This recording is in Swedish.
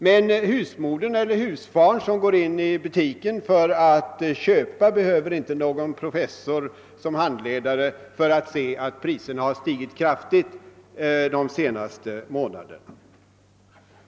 Men husmodern eller husfadern som går in i en butik för att köpa något behöver inte någon professor som handledare för att konstatera att priserna stigit kraftigt de senaste månaderna.